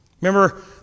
Remember